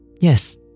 yes